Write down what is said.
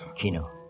Kino